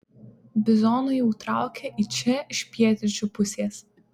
bizonai jau traukia į čia iš pietryčių pusės